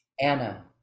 Anna